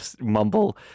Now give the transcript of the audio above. mumble